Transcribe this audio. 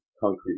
concrete